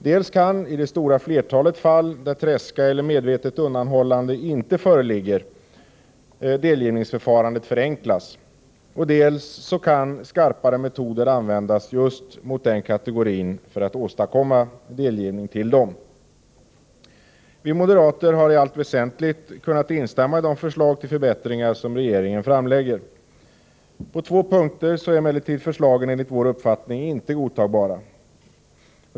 Dels kan, i det stora flertalet fall där tredska eller medvetet undanhållande inte föreligger, delgivningsförfarandet förenklas, dels kan skarpare metoder användas mot just denna andra kategori för att åstadkomma delgivning. Vi moderater kan i allt väsentligt instämma i de förslag till förbättringar som regeringen framlägger. På två punkter är emellertid förslagen enligt vår uppfattning inte godtagbara.